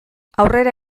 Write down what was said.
aurrera